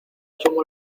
asumo